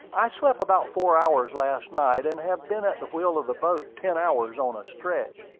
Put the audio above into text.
i slept about four hours last night, and have been at the wheel of the boat ten hours on a stretch.